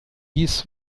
hieß